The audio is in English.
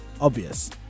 obvious